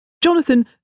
Jonathan